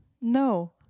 No